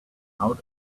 out